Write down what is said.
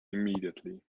immediately